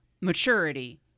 maturity